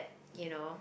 you know